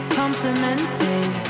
complimented